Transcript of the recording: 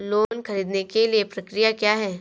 Loan ख़रीदने के लिए प्रक्रिया क्या है?